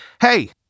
hey